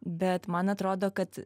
bet man atrodo kad